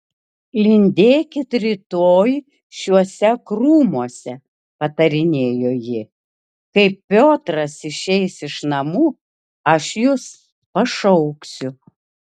lindėkit rytoj šiuose krūmuose patarinėjo ji kai piotras išeis iš namų aš jus pašauksiu